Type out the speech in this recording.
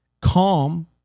Calm